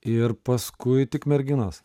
ir paskui tik merginas